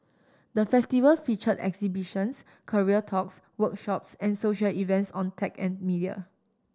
the Festival featured exhibitions career talks workshops and social events on tech and media